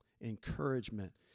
encouragement